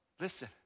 listen